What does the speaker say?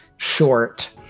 short